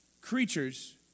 creatures